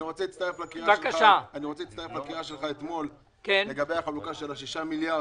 אני רוצה להצטרף לקריאה שלך מאתמול לגבי החלוקה של ה-6 מיליארד.